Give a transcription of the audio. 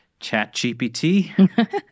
ChatGPT